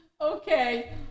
Okay